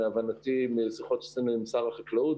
להבנתי משיחות שקיימנו עם שר החקלאות,